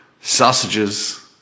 sausages